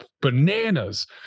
bananas